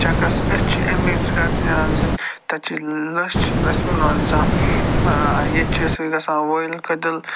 چَکرَس أسۍ چھِ أمی غرضہٕ نیران زِ تَتہِ چھِ لَچھ اَسہِ میلان زانٛہہ ییٚتہِ چھِ أسۍ گژھان وٲیِل کٔدٕل